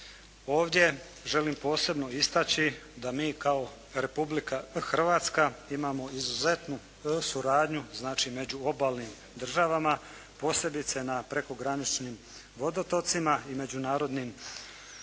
Ovdje želim posebno istaći da mi kao Republika Hrvatska imamo izuzetnu suradnju znači među obalnim država, posebice na prekograničnim vodotocima i međunarodnim jezerima.